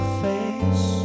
face